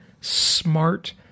smart